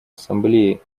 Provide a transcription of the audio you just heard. ассамблеи